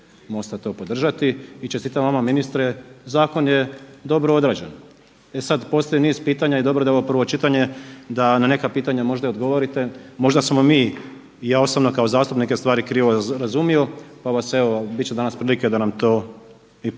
MOST-a to podržati. I čestitam vama ministre zakon je dobro odrađen. E sad postoji niz pitanja i dobro je da je ovo prvo čitanje, da na neka pitanja možda i odgovorite, možda smo mi i ja osobno kao zastupnik stvari krivo razumio pa vas evo bit će danas prilike da nam to i pojasnite.